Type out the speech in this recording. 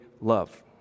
love